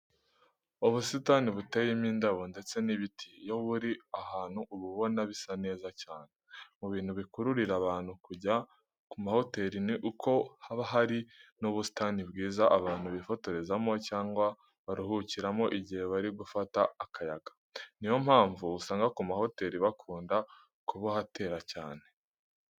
Ubusitani buteyemo indabo ndetse n'ibiti iyo buri ahantu uba ubona bisa neza cyane. Mu bintu bikururira abantu kujya ku mahoteri ni uko haba hari n'ubusitani bwiza abantu bifotorezamo cyangwa baruhukiramo igihe bari gufata akayaga. Niyo mpamvu usanga ku mahoteri bakunda kubuhatera cyane.